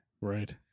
Right